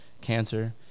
cancer